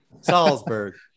Salzburg